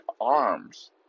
arms